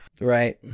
right